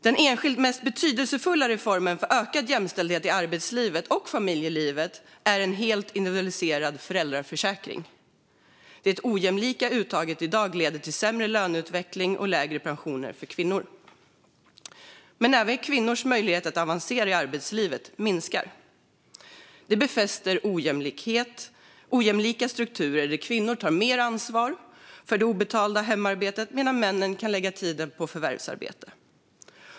Den enskilt mest betydelsefulla reformen för ökad jämställdhet i arbetslivet och familjelivet är en helt individualiserad föräldraförsäkring. Det ojämlika uttaget i dag leder till sämre löneutveckling och lägre pensioner för kvinnor. Men även kvinnors möjlighet att avancera i arbetslivet minskar. Detta befäster ojämlika strukturer där kvinnor tar mer ansvar för det obetalda hemarbetet medan männen kan lägga tiden på förvärvsarbete.